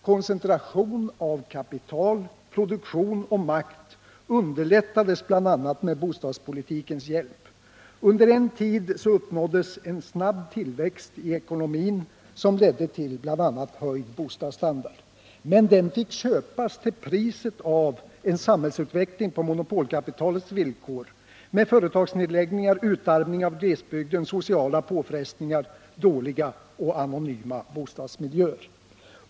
Koncentration av kapital, produktion och makt underlättades bl.a. med bostadspolitikens hjälp. Under en tid uppnåddes en snabb tillväxt i ekonomin som ledde till bl.a. höjd bostadsstandard. Men den fick köpas till priset av en samhällsutveckling på monopolkapitalets villkor med företagsnedläggningar, utarmning av glesbygden, sociala påfrestningar, dåliga och anonyma bostadsmiljöer.